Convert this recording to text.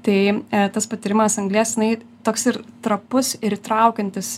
tai tas patyrimas anglies jinai toks ir trapus ir įtraukiantis